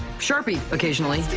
sharpie, occasionally.